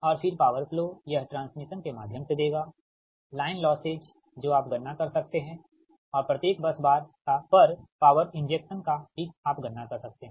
और फिर power flow यह ट्रांसमिशन के माध्यम से देगा लाइन लौसेज जो आप गणना कर सकते हैं और प्रत्येक बस बार पर पॉवर इंजेक्शन का भी आप गणना कर सकते हैं